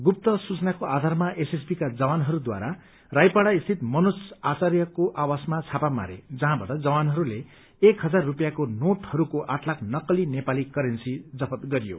गुप्त सूचनाको आधारमा एसएसबीका जवानहरूद्वारा रायपाड़ा स्थित मनोज आचार्यको आवासमा छापा मारे जहाँबाट जवानहरूले एक हजार रुपियाँका नोटहरूको ट लाख नक्कली नेपाली करेन्सी जफ्त गरियो